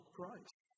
Christ